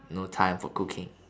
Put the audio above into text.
no time for cooking